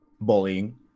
bullying